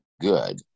good